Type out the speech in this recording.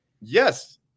yes